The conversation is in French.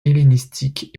hellénistique